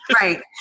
Right